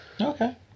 Okay